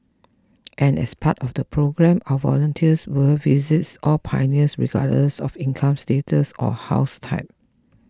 and as part of the programme our volunteers will visit all pioneers regardless of income status or house type